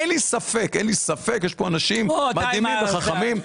אין לי ספק; יש פה אנשים מדהימים וחכמים,